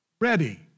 ready